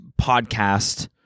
podcast